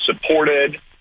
supported